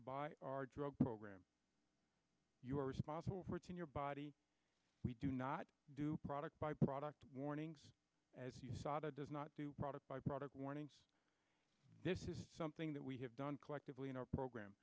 by our drug program you are responsible for to your body we do not do a product by product warning as you saw does not do product by product warning this is something that we have done collectively in our program